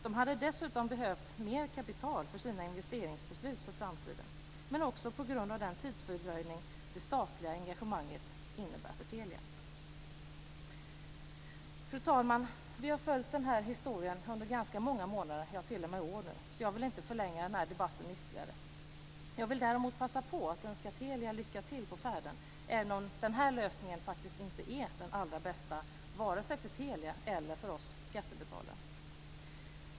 Det hade dessutom behövt mer eget kapital för sina investeringsbeslut för framtiden, också på grund av den tidsfördröjning som det statliga engagemanget innebär för Telia. Fru talman! Vi har följt historien under många månader, t.o.m. år, så jag ska inte förlänga debatten ytterligare. Jag vill däremot passa på att önska Telia lycka till på färden, även om den här lösningen inte är den allra bästa vare sig för Telia eller för oss skattebetalare.